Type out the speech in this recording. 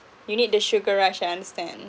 you need the sugar rations then